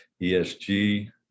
ESG